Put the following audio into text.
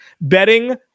Betting